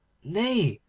nay,